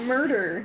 Murder